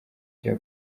cya